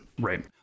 Right